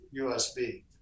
USB